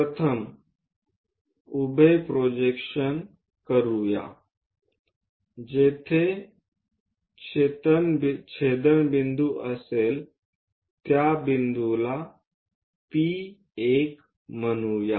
प्रथम उभे प्रोजेक्शन करतो जेथे छेदनबिंदू असेल तेथे त्या बिंदूला P1 म्हणूया